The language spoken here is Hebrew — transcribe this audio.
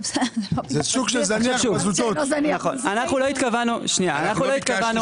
אנחנו לא התכוונו